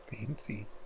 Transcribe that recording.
Fancy